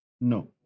No